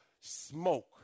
smoke